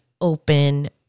open